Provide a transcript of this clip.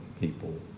people